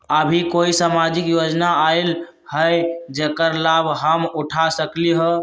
अभी कोई सामाजिक योजना आयल है जेकर लाभ हम उठा सकली ह?